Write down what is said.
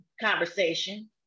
conversation